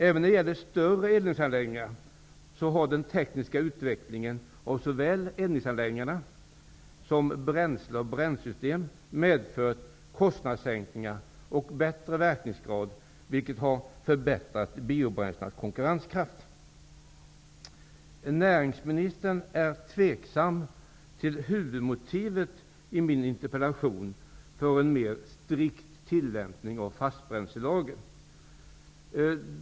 Även när det gäller större eldningsanläggningar har den tekniska utvecklingen av såväl eldningsanläggningarna som bränslesystem medfört kostnadssänkningar och förbättrad verkningsgrad, vilket har förbättrat biobränslenas konkurrenskraft. Näringsministern är tveksam till huvudmotivet i min interpellation för en mera strikt tillämpning av fastbränslelagen.